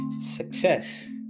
success